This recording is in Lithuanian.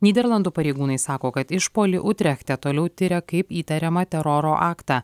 nyderlandų pareigūnai sako kad išpuolį utrechte toliau tiria kaip įtariamą teroro aktą